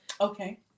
Okay